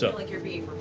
so like you're being